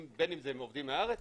בין אם זה עובדים מהארץ,